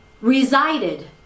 resided